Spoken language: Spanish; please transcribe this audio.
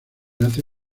hace